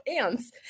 ants